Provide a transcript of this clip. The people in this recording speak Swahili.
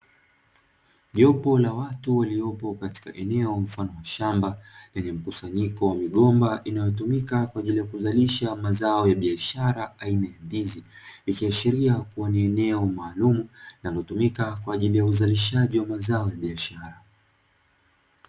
Jopo la watu lililopo katika eneo mfano wa shamba lenye mkusanyiko wa migomba inayotumika kwa ajili ya kuzalisha mazao ya biashara aina ya ndizi, ikiashiria kuwa ni eneo maalumu linalotumika kwa ajili ya uzalishaji wa mazao ya biashara.